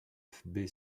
vfb